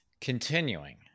Continuing